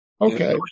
Okay